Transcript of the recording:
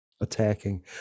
attacking